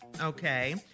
okay